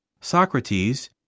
Socrates